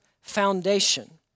foundation